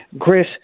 Chris